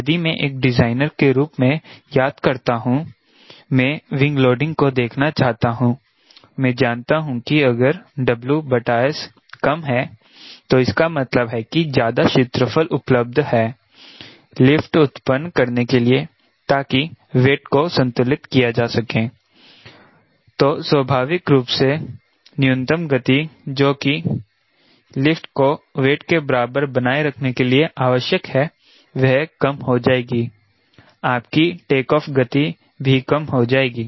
यदि मै एक डिजाइनर के रूप में याद करता हूं मैं विंग लोडिंग को देखना चाहता हूं मैं जानता हूं कि अगर WS कम है तो इसका मतलब है कि ज्यादा क्षेत्रफल उपलब्ध हैं लिफ्ट उत्पन्न करने के लिए ताकि वेट को संतुलित किया जा सके तो स्वाभाविक रूप से न्यूनतम गति जो कि लिफ्ट को वेट के बराबर बनाए रखने के लिए आवश्यक है वह कम हो जाएगी आपकी टेक ऑफ गति भी कम हो जाएगी